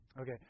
Okay